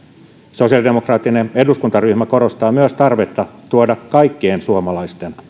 sosiaalidemokraattinen eduskuntaryhmä korostaa myös tarvetta tuoda kaikkien suomalaisten